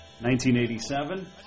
1987